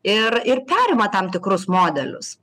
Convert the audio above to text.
ir ir perima tam tikrus modelius